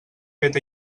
fet